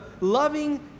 loving